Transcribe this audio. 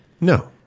No